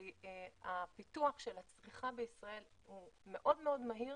כי הפיתוח של הצריכה בישראל הוא מאוד מאוד מהיר